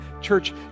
Church